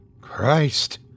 Christ